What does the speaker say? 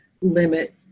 limit